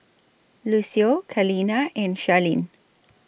Lucio Kaleena and Charlene